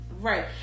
Right